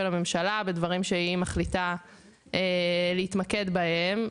הממשלה ודברים שהיא מחליטה להתמקד בהם.